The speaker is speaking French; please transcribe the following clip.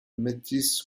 métis